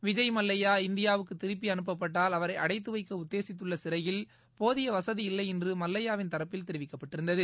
விஜய் மல்லையா இந்தியாவுக்கு திருப்பி அனுப்பபட்டால் அவரை அடைத்து வைக்க உத்தேசித்துள்ள சிறையில் போதிய வசதி இல்லையென்று மல்லையாவின் தரப்பில் தெரிவிக்கப்பட்டிருந்தது